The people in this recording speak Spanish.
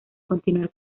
continuar